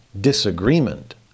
disagreement